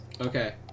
Okay